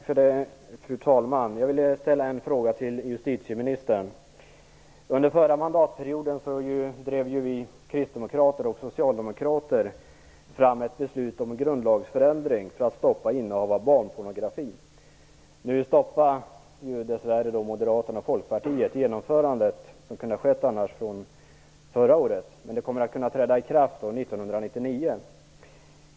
Fru talman! Jag vill ställa en fråga till justitieministern. Under den förra mandatperioden drev vi kristdemokrater tillsammans med Socialdemokraterna igenom ett beslut om en grundlagsförändring för att stoppa innehav av barnpornografi. Dess värre stoppade Moderaterna och Folkpartiet genomförandet av detta beslut förra året. Det kommer att kunna träda i kraft år 1999.